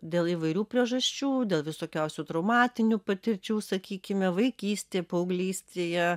dėl įvairių priežasčių dėl visokiausių traumatinių patirčių sakykime vaikystėje paauglystėje